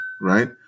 right